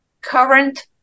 Current